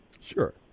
Sure